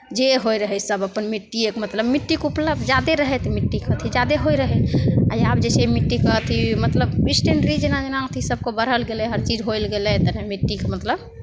जे होइत रहै सब अपन मिट्टीएके मतलब मिट्टीके उपलब्ध जादे रहै तऽ मिट्टीके अथी ज्यादे होइत रहै आ आब जे छै मिट्टीके अथी मतलब स्टेंड्री जेना जेना अथी सभके बढ़ल गेलै हरचीज होयल गेलै तऽ मिट्टीके मतलब